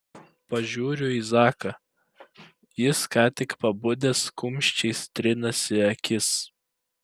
pasižiūriu į zaką jis ką tik pabudęs kumščiais trinasi akis